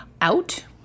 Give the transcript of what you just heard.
out